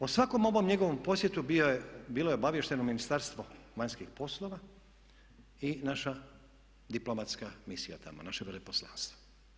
O svakom njegovom posjetu bilo je obaviješteno Ministarstvo vanjskih poslova i naša diplomatska misija tamo, naše veleposlanstvo.